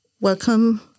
Welcome